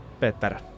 Peter